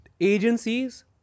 Agencies